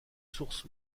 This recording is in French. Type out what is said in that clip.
source